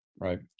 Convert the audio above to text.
right